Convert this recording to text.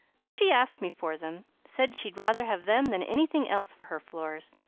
but she asked me for them said she'd rather have them than anything else for her floors.